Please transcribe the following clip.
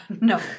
No